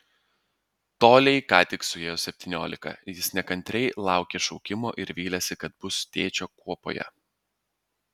toliai ką tik suėjo septyniolika jis nekantriai laukė šaukimo ir vylėsi kad bus tėčio kuopoje